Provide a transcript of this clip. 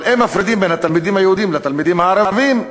אבל אם מפרידים בין התלמידים היהודים לתלמידים הערבים,